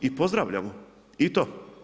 I pozdravljam i to.